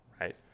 right